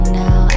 now